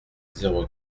zéro